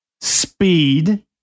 speed